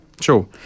Sure